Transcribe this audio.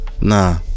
Nah